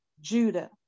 Judah